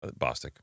Bostic